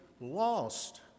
lost